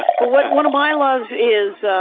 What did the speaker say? but what one of my loves is, ah,